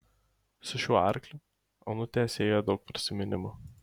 su šiuo arkliu onutę sieja daug prisiminimų